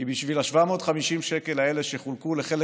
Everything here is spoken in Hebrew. כי בשביל ה-750 שקל האלה שחולקו לחלק